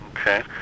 Okay